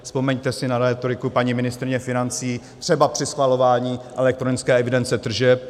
Vzpomeňte si na rétoriku paní ministryně financí třeba při schvalování elektronické evidence tržeb.